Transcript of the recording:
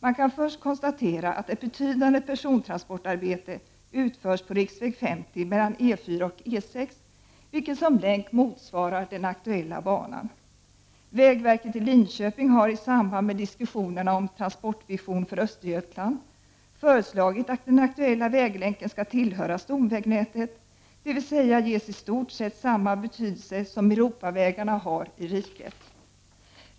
Man kan först konstatera att ett betydande persontransportarbete utförs på Riksväg 50 mellan E4 och E6 vilken som länk motsvarar den aktuella banan. Vägverket i Linköping har i samband med diskussionerna om ”transportvision för Östergötland” föreslagit att den aktuella väglänken skall tillhöra stomvägnätet, dvs. ges i stort sett samma betydelse som Europavägarna har i riket.